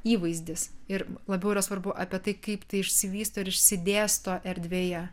įvaizdis ir labiau yra svarbu apie tai kaip tai išsivysto ir išsidėsto erdvėje